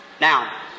Now